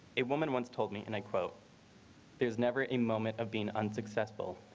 a woman once told me, and i quote there was never a moment of being unsuccessful.